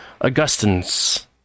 Augustine's